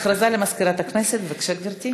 הודעה למזכירת הכנסת, בבקשה, גברתי.